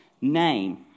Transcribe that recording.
name